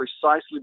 precisely